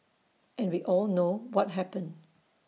and we all know what happened